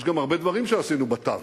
יש גם הרבה דברים שעשינו בתווך.